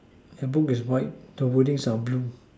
the book is white the wording are blue